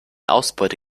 ausbeute